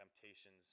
temptations